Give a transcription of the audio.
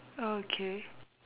okay